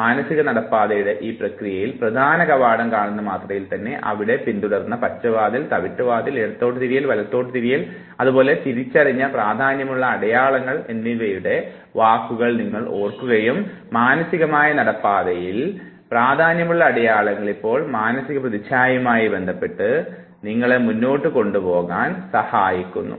മാനസിക നടപ്പാതയുടെ ഈ പ്രക്രിയയിൽ പ്രധാന കവാടം കാണുന്ന മാത്രയിൽ തന്നെ അതിനെ പിന്തുടർന്ന് പച്ച വാതിൽ തവിട്ട് വാതിൽ ഇടത്തോട്ട് തിരിയൽ വലത്തോട്ട് തിരിയൽ അതുപോലത്തെ തിരിച്ചറിഞ്ഞ പ്രാധാന്യമുള്ള അടയാളങ്ങൾ എന്നിവയുടെ വാക്കുകൾ നി ങ്ങൾ ഓർക്കുകയും മാനസികമായ നടപ്പാതയിൽ പ്രാധാന്യമുള്ള അടയാളങ്ങൾ ഇപ്പോൾ മാനസിക പ്രതിച്ഛായയുമായി ബന്ധപ്പെട്ട് നിങ്ങളെ മുന്നോട്ട് കൊണ്ട് പോകുവാൻ സഹായിക്കുന്നു